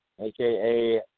aka